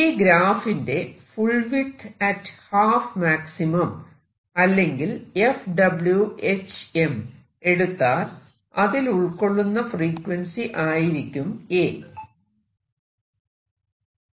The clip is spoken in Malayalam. ഈ ഗ്രാഫിന്റെ full width at half maximum അല്ലെങ്കിൽ FWHM എടുത്താൽ അതിൽ ഉൾക്കൊള്ളുന്ന ഫ്രീക്വൻസി ആയിരിക്കും A